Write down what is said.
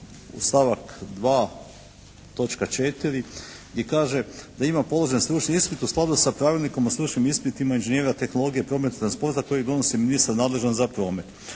stavak 2. točka 4. i kaže da ima položen stručni ispit u skladu sa pravilnikom o stručnim ispitima inženjera tehnologije, prometa i transporta kojeg donosi ministar nadležan za promet.